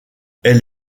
elle